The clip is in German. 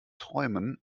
träumen